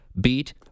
Beat